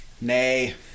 nay